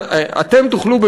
אתם תוכלו,